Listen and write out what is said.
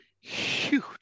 huge